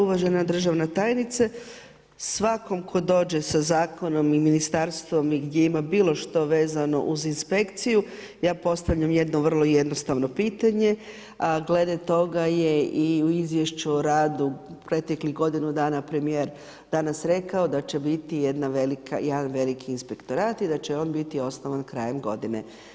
Uvažena državne tajnice, svakom tko dođe sa zakonom i ministarstvom i gdje ima bilo što vezano uz inspekciju, ja postavljam jedno vrlo jednostavno pitanje a glede toga je i u izvješću o radu proteklih godinu dana premijer danas rekao da će biti jedan veliki inspektorat i da će on biti osnovan krajem godine.